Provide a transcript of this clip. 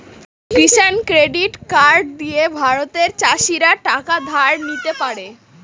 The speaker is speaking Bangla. কিষান ক্রেডিট কার্ড দিয়ে ভারতের চাষীরা টাকা ধার নিতে পারে